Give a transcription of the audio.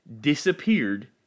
disappeared